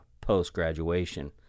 post-graduation